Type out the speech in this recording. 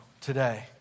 today